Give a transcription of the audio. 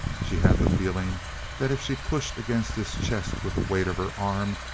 she had the feeling that if she pushed against his chest with the weight of her arm,